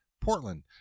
portland